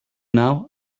now